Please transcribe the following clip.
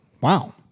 wow